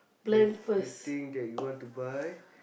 the the thing that you want to buy